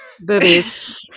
Boobies